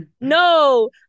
No